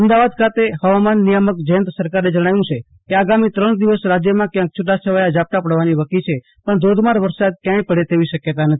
અમદાવાદ ખાતે હવામાન નિયામક જયંત સરકારે જણાવ્યું છે કે આગામી ઉદિવસ રાજ્યમાં ક્યાંક છૂટાછવાયા ઝાપટા પઢવાની વકી છે પણ ધોધમાર વરસાદ ક્યાંય પડે તેવી શક્યતા નથી